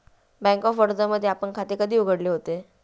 Bank of Baroda मध्ये आपण खाते कधी उघडले होते?